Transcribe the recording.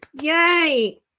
yay